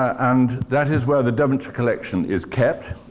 and that is where the devonshire collection is kept.